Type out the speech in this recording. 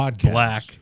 black